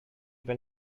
will